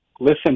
Listen